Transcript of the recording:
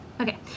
Okay